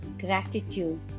gratitude